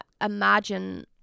imagine